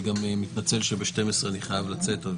אני גם מתנצל שב-12:00 אני חייב לצאת.